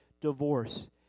divorce